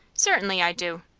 certainly i do.